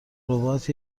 ربات